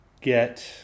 get